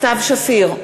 סתיו שפיר,